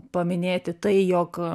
paminėti tai jog